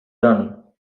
done